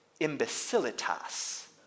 imbecilitas